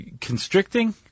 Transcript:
constricting